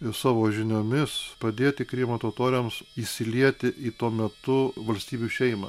ir savo žiniomis padėti krymo totoriams įsilieti į tuo metu valstybių šeimą